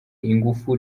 ingufu